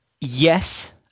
yes